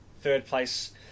third-place